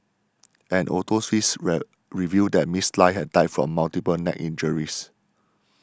an autopsy revealed that Miss Lie had died from multiple neck injuries